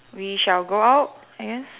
we shall go out I guess